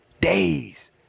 days